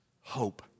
hope